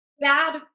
bad